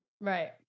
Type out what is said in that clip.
Right